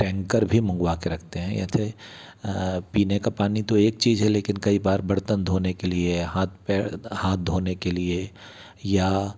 tanker भी मंगवा कर रखते हैं ऐसे पीने का पानी तो एक चीज़ है लेकिन कई बार बर्तन धोने के लिए हाथ पैर हाथ धोने के लिए या